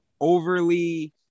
overly